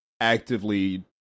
actively